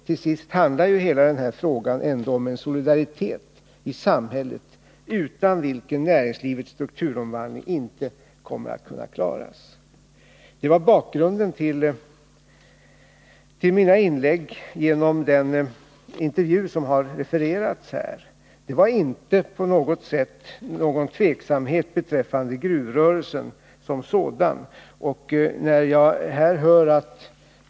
Till sist handlar hela denna fråga ändå om en solidaritet i samhället utan vilken näringslivets strukturomvandling inte kan klaras. Detta var bakgrunden till mina inlägg i den intervju som har refererats. Jag gav inte på något sätt uttryck för någon tveksamhet beträffande gruvrörelsen som sådan.